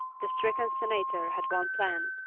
the stricken senator had one plan,